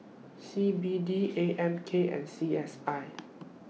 C B D A M K and C S I